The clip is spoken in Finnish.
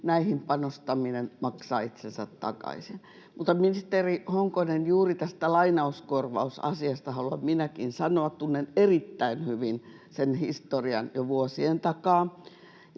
Näihin panostaminen maksaa itsensä takaisin. Mutta, ministeri Honkonen, juuri tästä lainauskorvausasiasta haluan minäkin sanoa. Tunnen erittäin hyvin sen historian jo vuosien takaa.